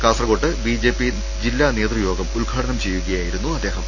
കാസർകോട്ട് ബിജെപി ജില്ലാ നേതൃ യോഗം ഉദ്ഘാടനം ചെയ്യുകയായിരുന്നു അദ്ദേഹം